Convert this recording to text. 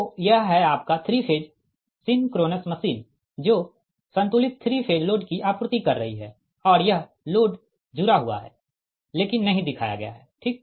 तो यह है आपका 3 फेज सिंक्रोनस मशीन जो संतुलित 3 फेज लोड की आपूर्ति कर रही है और यह लोड जुड़ा हुआ है लेकिन नहीं दिखाया गया है ठीक